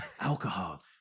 alcohol